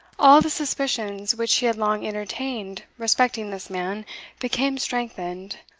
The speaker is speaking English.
all the suspicions which she had long entertained respecting this man became strengthened,